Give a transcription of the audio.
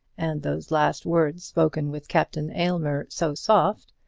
and those last words spoken with captain aylmer so soft,